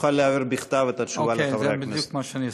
תוכל להעביר בכתב את התשובה לחברי הכנסת.